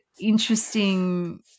interesting